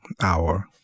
hour